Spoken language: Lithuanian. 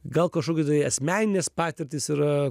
gal kažkokių tai asmeninės patirtys yra